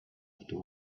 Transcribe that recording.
after